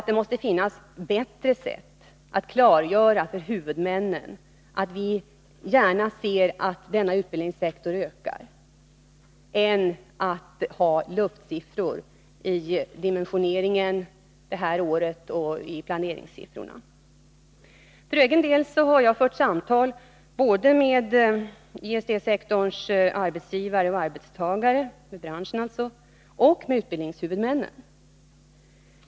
Det måste finnas bättre sätt att för huvudmännen klargöra att vi gärna ser att denna utbildningssektor ökar än att ha luftsiffror i dimensioneringen detta år och i planeringssiffrorna för kommande år. För egen del har jag fört samtal både med JST-sektorns arbetsgivare och arbetstagare och med utbildningshuvudmännen.